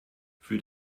für